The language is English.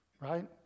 right